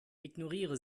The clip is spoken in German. ignoriere